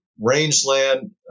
rangeland